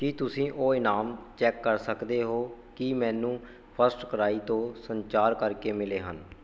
ਕੀ ਤੁਸੀਂਂ ਉਹ ਇਨਾਮ ਚੈੱਕ ਕਰ ਸਕਦੇ ਹੋ ਕਿ ਮੈਨੂੰ ਫ਼ਸਟ ਕ੍ਰਾਈ ਤੋਂ ਸੰਚਾਰ ਕਰਕੇ ਮਿਲੇ ਹਨ